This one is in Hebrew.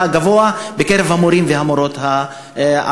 הגבוה בקרב המורים הערבים והמורות הערביות.